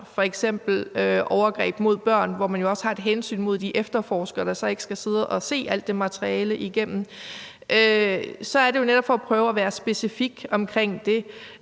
f.eks. overgreb mod børn, hvor man jo også har et hensyn til de efterforskere, der så ikke skal sidde og se alt det materiale igennem, så er det netop for at prøve at være specifik omkring det.